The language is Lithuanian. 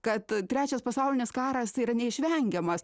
kad trečias pasaulinis karas tai yra neišvengiamas